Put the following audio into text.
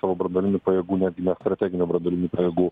savo branduolinių pajėgų netgi ne strateginių branduolinių pajėgų